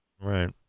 Right